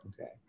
Okay